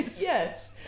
yes